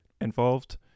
involved